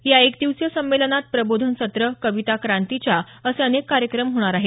या एकदिवसीय संमेलनात प्रबोधन सत्र कविता क्रांतीच्या असे अनेक कार्यक्रम होणार आहेत